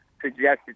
suggested